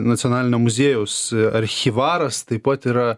nacionalinio muziejaus archyvaras taip pat yra